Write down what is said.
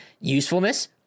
usefulness